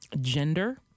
gender